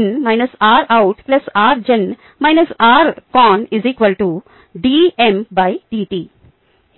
rin rout rgen rcon ddt